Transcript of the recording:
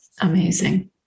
Amazing